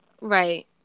Right